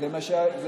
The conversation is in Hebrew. זה מה שהוצע.